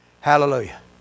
Hallelujah